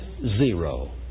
zero